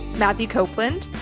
matthew copeland,